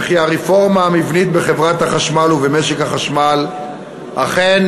וכי הרפורמה המבנית בחברת החשמל ובמשק החשמל אכן